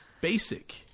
Basic